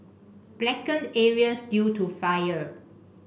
blackened areas due to fire